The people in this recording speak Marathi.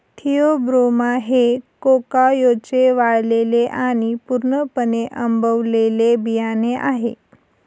थिओब्रोमा हे कोकाओचे वाळलेले आणि पूर्णपणे आंबवलेले बियाणे आहे